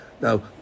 Now